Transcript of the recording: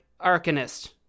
arcanist